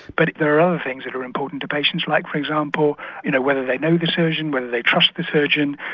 but there are other things that are important to patients like for example you know whether they know the surgeon, whether they trust the surgeon,